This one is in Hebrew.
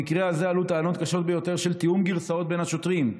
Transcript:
במקרה הזה עלו טענות קשות ביותר של תיאום גרסאות בין השוטרים,